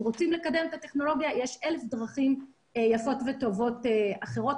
אם רוצים לקדם את הטכנולוגיה יש אלף דרכים טובות אחרות,